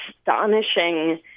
astonishing